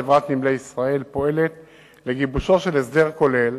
חברת "נמלי ישראל" פועלת לגיבושו של הסדר כולל,